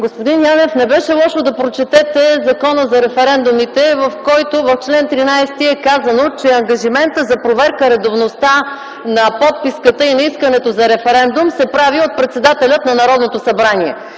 Господин Янев, не беше лошо да прочетете Закона за референдумите, в който в чл. 13 е казано, че ангажимента за проверка редовността на подписката и на искането за референдум се прави от председателя на Народното събрание.